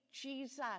Jesus